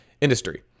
industry